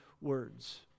words